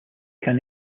can